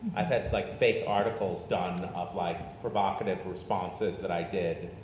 i've had like fake articles done of like, provocative responses that i did.